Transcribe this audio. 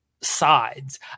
sides